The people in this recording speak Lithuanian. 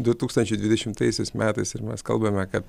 du tūkstančiai dvidešimtaisiais metais ir mes kalbame kad